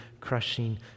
crushing